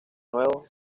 nuevo